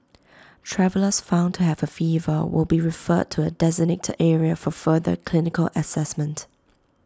travellers found to have A fever will be referred to A designated area for further clinical Assessment